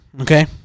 Okay